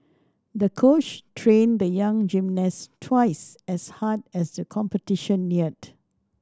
the coach trained the young gymnast twice as hard as the competition neared